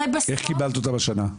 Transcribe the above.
איך קיבלת אותם השנה?